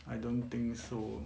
I don't think so